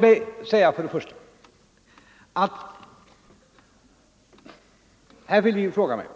Men herr Fälldin frågar mig: